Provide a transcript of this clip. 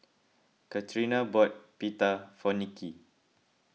Catrina bought Pita for Nicki